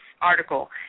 article